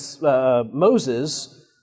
Moses